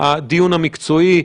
הדיון המקצועי,